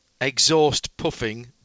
exhaust-puffing